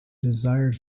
desired